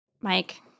Mike